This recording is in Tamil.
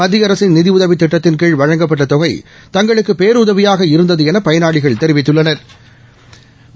மத்திய அரசின் நிதி உதவி திட்டத்தின் கீழ் வழங்கப்பட்ட தொகை தங்களுக்கு பேருதவியாக இருந்தது என பயனாளிகள் தெரிவித்துள்ளனா்